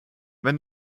wenn